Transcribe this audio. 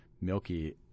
milky